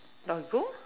doggo